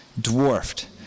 dwarfed